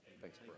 Thanks